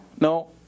no